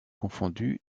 confondus